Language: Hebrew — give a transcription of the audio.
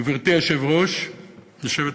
גברתי היושבת-ראש,